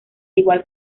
igual